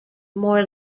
more